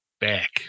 back